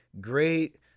Great